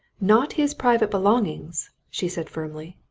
not his private belongings! she said firmly.